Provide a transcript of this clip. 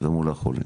ומול החולים.